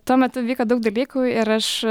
tuo metu vyko daug dalykų ir aš